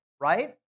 right